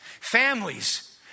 Families